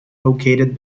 located